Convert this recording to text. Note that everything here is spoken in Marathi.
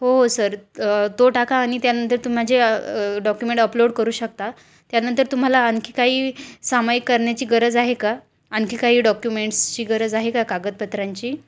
हो हो सर तो टाका आणि त्यानंतर तुम् माझे डॉक्युमेंट अपलोड करू शकता त्यानंतर तुम्हाला आणखी काही सामाय करण्याची गरज आहे का आणखी काही डॉक्युमेंट्सची गरज आहे का कागदपत्रांची